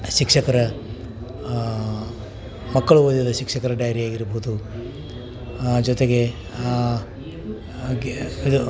ಶಿಕ್ಷಕರ ಮಕ್ಕಳು ಓದಿದ ಶಿಕ್ಷಕರ ಡೈರಿ ಆಗಿರ್ಬೋದು ಜೊತೆಗೆ ಹಾಗೆ ಇದು